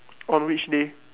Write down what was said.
on which day